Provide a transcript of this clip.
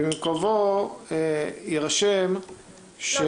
ובמקומו יירשם --- לא,